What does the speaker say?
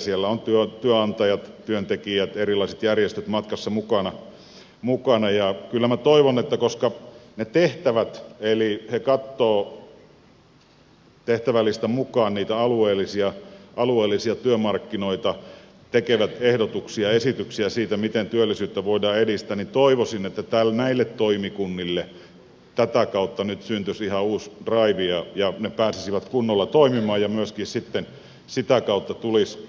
siellä ovat työnantajat työntekijät erilaiset järjestöt matkassa mukana ja koska he katsovat tehtävälistan mukaan niitä alueellisia työmarkkinoita tekevät esityksiä siitä miten työllisyyttä voidaan edistää niin kyllä minä toivoisin että näille toimikunnille tätä kautta nyt syntyisi ihan uusi draivi ja ne pääsisivät kunnolla toimimaan ja myöskin sitten sitä kautta tulisi